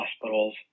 hospitals